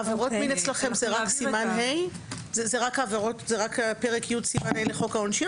עבירות מין אצלכם זה רק פרק י' סימן ה' לחוק העונשין,